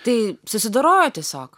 tai susidorojo tiesiog